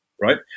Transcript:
right